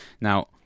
Now